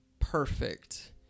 perfect